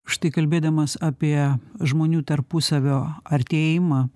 štai kalbėdamas apie žmonių tarpusavio artėjimą